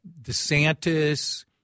DeSantis